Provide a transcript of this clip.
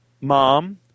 mom